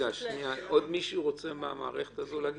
עוד מישהו מהמערכת הזו רוצה להגיד?